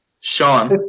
Sean